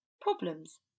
Problems